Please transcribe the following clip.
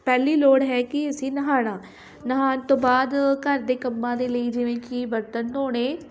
ਪਹਿਲੀ ਲੋੜ ਹੈ ਕਿ ਅਸੀਂ ਨਹਾਉਣਾ ਨਹਾਉਣ ਤੋਂ ਬਾਅਦ ਘਰ ਦੇ ਕੰਮਾਂ ਦੇ ਲਈ ਜਿਵੇਂ ਕਿ ਬਰਤਨ ਧੋਣੇ